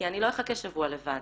כי אני לא אחכה שבוע לוועדה.